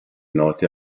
note